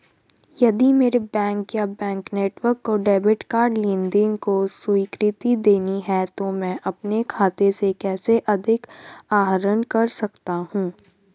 यदि मेरे बैंक या बैंक नेटवर्क को डेबिट कार्ड लेनदेन को स्वीकृति देनी है तो मैं अपने खाते से कैसे अधिक आहरण कर सकता हूँ?